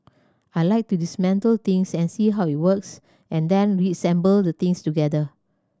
I like to dismantle things and see how it works and then reassemble the things together